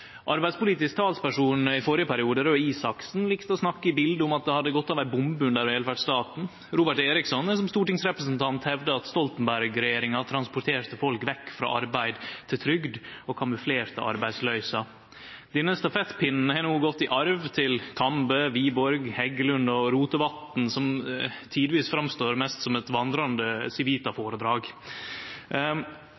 Arbeidspolitisk talsperson i førre periode, Røe Isaksen, likte å snakke i bilete om at det hadde gått av ei bombe under velferdsstaten. Robert Eriksson har, som stortingsrepresentant, hevda at Stoltenberg-regjeringa transporterte folk vekk frå arbeid til trygd og kamuflerte arbeidsløysa. Denne stafettpinnen har no gått i arv til stortingsrepresentantane Kambe, Wiborg, Heggelund og Rotevatn, som tidvis framstår mest som vandrande